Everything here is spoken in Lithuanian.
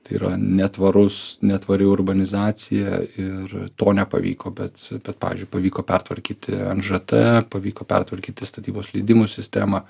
tai yra netvarus netvari urbanizacija ir to nepavyko bet bet pavyzdžiui pavyko pertvarkyti nžt pavyko pertvarkyti statybos leidimų sistemą